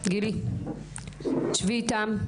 גילי, שבי איתם.